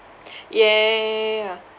ya ya